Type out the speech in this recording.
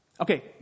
Okay